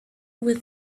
with